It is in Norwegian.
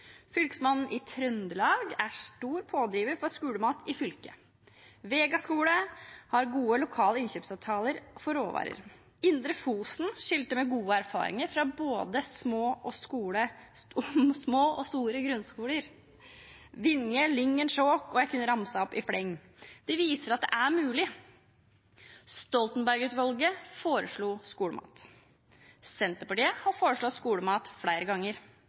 Fylkesmannen i Trøndelag er en stor pådriver for skolemat i fylket. Vega skole har gode lokale innkjøpsavtaler for råvarer. Indre Fosen skilter med gode erfaringer fra både små og store grunnskoler. Vinje, Lyngen og Skjåk – jeg kunne ramset opp i fleng. De viser at det er mulig. Stoltenberg-utvalget foreslo skolemat. Senterpartiet har foreslått skolemat flere ganger.